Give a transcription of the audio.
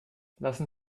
lassen